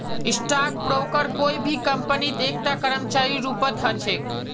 stock broker कोई भी कम्पनीत एकता कर्मचारीर रूपत ह छेक